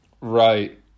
Right